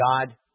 God